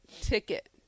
ticket